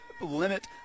limit